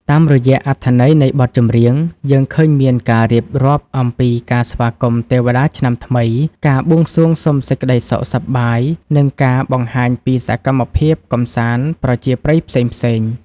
តាមរយៈអត្ថន័យនៃបទចម្រៀង យើងឃើញមានការរៀបរាប់អំពីការស្វាគមន៍ទេវតាឆ្នាំថ្មី ការបួងសួងសុំសេចក្តីសុខសប្បាយ និងការបង្ហាញពីសកម្មភាពកម្សាន្តប្រជាប្រិយផ្សេងៗ។